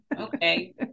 okay